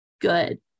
good